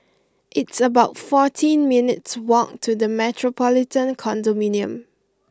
it's about fourteen minutes' walk to The Metropolitan Condominium